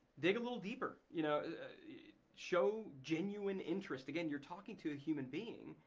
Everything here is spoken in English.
dig a little deeper. you know show genuine interest, again, you're talking to a human being.